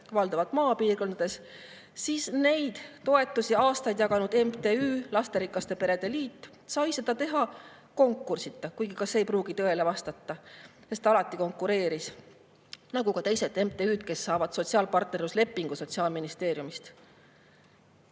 valdavalt maapiirkondades, siis neid toetusi aastaid jaganud MTÜ [Eesti] Lasterikaste Perede Liit sai seda teha konkursita. Kuigi ka see ei pruugi tõele vastata, sest ta alati konkureeris nagu ka teised MTÜ-d, kes saavad sotsiaalpartnerluslepingu Sotsiaalministeeriumist.